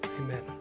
amen